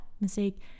mistake